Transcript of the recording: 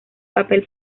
papel